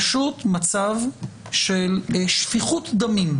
פשוט מצב של שפיכות דמים.